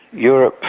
europe,